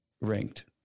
ranked